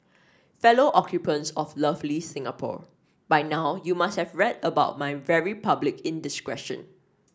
fellow occupants of lovely Singapore by now you must have read about my very public indiscretion